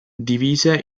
divise